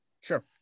Sure